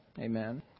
Amen